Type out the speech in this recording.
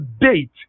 date